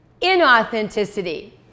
inauthenticity